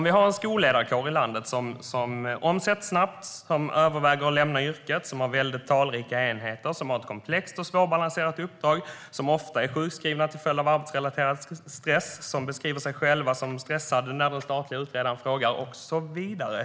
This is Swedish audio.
Vi har en skolledarkår i landet som omsätts snabbt, som överväger att lämna yrket, som har talrika enheter och som har ett komplext och svårbalanserat uppdrag. Skolledare är ofta sjukskrivna till följd av arbetsrelaterad stress, beskriver sig själva som stressade när den statliga utredaren frågar och så vidare.